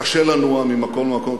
קשה לנוע ממקום למקום,